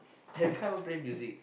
can someone play music